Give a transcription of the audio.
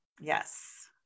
Yes